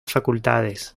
facultades